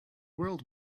world